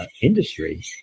industry